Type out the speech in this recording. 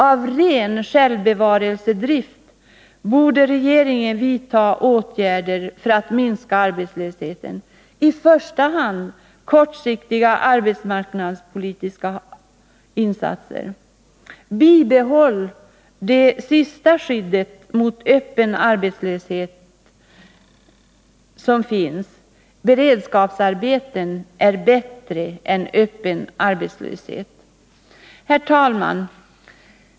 Av ren självbevarelsedrift borde regeringen vidta åtgärder för att minska arbetslösheten. I första hand borde kortsiktiga arbetsmarknadspolitiska insatser göras. Bibehåll det sista skyddet mot öppen arbetslöshet! Beredskapsarbeten är bättre än öppen arbetslöshet. Herr talman!